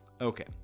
Okay